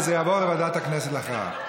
וזה יעבור לוועדת הכנסת להכרעה.